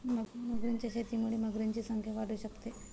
मगरींच्या शेतीमुळे मगरींची संख्या वाढू शकते